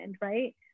right